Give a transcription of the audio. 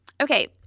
Okay